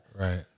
Right